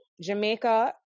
Jamaica